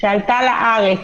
שעלתה לארץ,